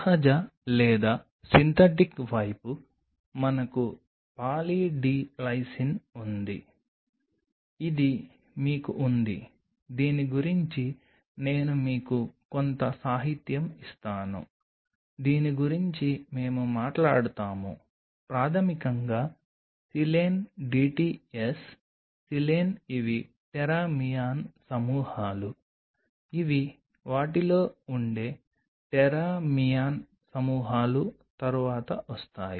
సహజ లేదా సింథటిక్ వైపు మనకు పాలీ డి లైసిన్ ఉంది ఇది మీకు ఉంది దీని గురించి నేను మీకు కొంత సాహిత్యం ఇస్తాను దీని గురించి మేము మాట్లాడుతాము ప్రాథమికంగా సిలేన్ డిటిఎస్ సిలేన్ ఇవి టెరామియన్ సమూహాలు ఇవి వాటిలో ఉండే టెరామియన్ సమూహాలు తరువాత వస్తాయి